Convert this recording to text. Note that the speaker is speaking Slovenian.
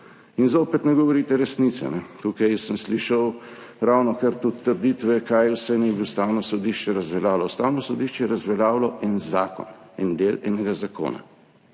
In zopet ne govorite resnice. Tukaj sem slišal ravnokar tudi trditve, kaj vse naj bi Ustavno sodišče razveljavilo. Ustavno sodišče je razveljavilo en zakon, en del enega zakona,